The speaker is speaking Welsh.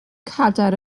cadair